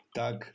tak